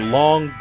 long